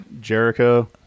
Jericho